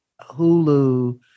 Hulu